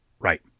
Right